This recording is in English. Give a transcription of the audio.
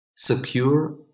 Secure